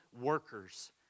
workers